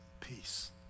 peace